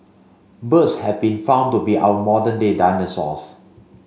birds have been found to be our modern day dinosaurs